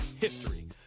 history